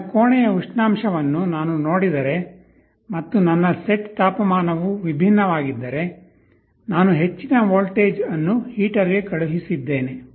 ನನ್ನ ಕೋಣೆಯ ಉಷ್ಣಾಂಶವನ್ನು ನಾನು ನೋಡಿದರೆ ಮತ್ತು ನನ್ನ ಸೆಟ್ ತಾಪಮಾನವು ವಿಭಿನ್ನವಾಗಿದ್ದರೆ ನಾನು ಹೆಚ್ಚಿನ ವೋಲ್ಟೇಜ್ ಅನ್ನು ಹೀಟರ್ಗೆ ಕಳುಹಿಸಿದ್ದೇನೆ